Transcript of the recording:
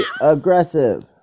aggressive